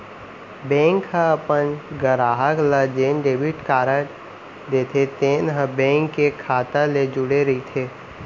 bank ह अपन गराहक ल जेन डेबिट कारड देथे तेन ह बेंक के खाता ले जुड़े रइथे